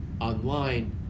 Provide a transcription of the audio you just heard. online